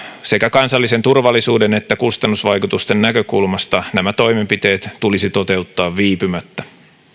sekä kansallisen turvallisuuden että kustannusvaikutusten näkökulmasta nämä toimenpiteet tulisi toteuttaa viipymättä